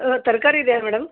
ತರಕಾರಿ ಇದೆಯಾ ಮೇಡಮ್